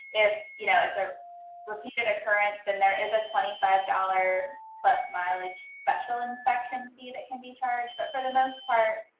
if you know it's a repeated occurrence, then there is a twenty five dollars plus mileage special inspection fee that can be charged, but for the most part